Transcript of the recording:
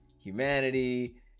humanity